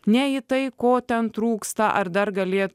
ne į tai ko ten trūksta ar dar galėti